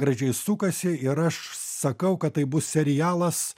gražiai sukasi ir aš sakau kad tai bus serialas